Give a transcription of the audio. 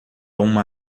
uma